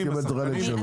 יהיו מרוצים.